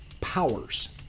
powers